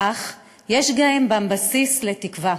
אך יש בהם גם בסיס לתקווה.